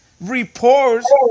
reports